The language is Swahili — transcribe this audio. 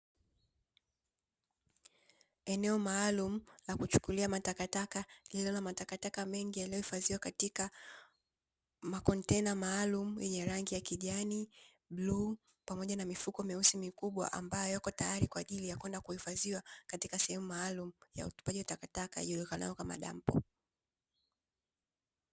Eneo maalumu la kuchukulia matakataka lililo na matakata mengi ya kuhifadhia katika makontena maalumu, yenye rangi ya kijani, bluu pamoja na mifuko meusi mikubwa ambayo iko tayari kwa ajili ya kwenda kuhifadhia katika sehemu maalumu ya utupaji wa takataka ijulikanayo kama dampo.